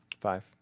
Five